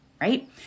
right